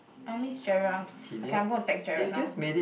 I miss Gerald okay I'm gonna text Gerald now